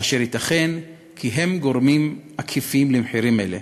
אשר ייתכן כי הם גורמים עקיפים למחירים אלה.